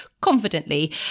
confidently